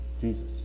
Jesus